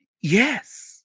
yes